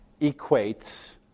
equates